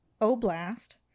Oblast